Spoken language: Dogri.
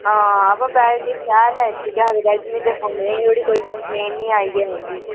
हां अबा बैटरी शैल ऐ इसदी केह् आखदे रेडमी दे फोने दी केह् आखदे अज्जे धोड़ी कोई कम्पलेन नेईं आई ऐ उं'दी